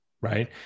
Right